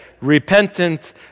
repentant